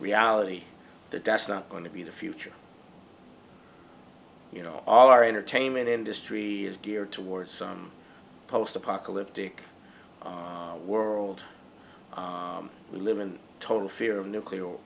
reality that that's not going to be the future you know all our entertainment industry is geared towards some post apocalyptic world we live in total fear of nuclear